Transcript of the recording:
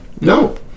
no